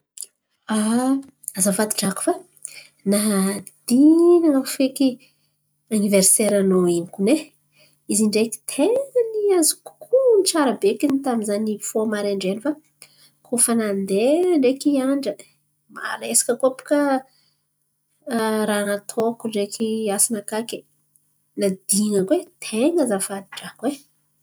azafady drako fa nadin̈ako feky aniveriseara nô in̈y kone. Izy in̈y reky ten̈a ny azoko honon̈o tsara bekiny taminy za nifôha marandren̈y. Fa koa fa nandeha reky andra, mareaka ndreky andra, maresaka koa baka raha nataoko reky asa nakà ke, nadin̈ako e! Ten̈a azafady drako e!